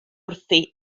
wrthi